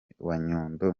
nyundo